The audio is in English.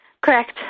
Correct